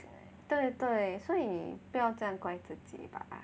对对所以你不要这样怪自己吧